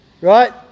Right